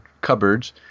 cupboards